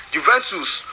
Juventus